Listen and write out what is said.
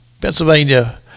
Pennsylvania